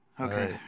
Okay